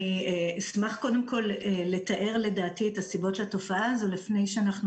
אני אשמח לתאר את הסיבות לתופעה הזאת לפני שאנחנו